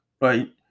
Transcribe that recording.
Right